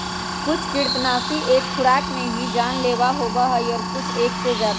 कुछ कृन्तकनाशी एक खुराक में ही जानलेवा होबा हई और कुछ एक से ज्यादा